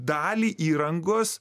dalį įrangos